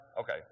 Okay